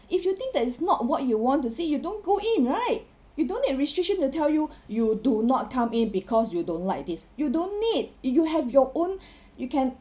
if you think that is not what you want to see you don't go in right you don't need restriction to tell you you do not come in because you don't like this you don't need you have your own you can